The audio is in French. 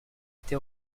été